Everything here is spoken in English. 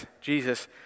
Jesus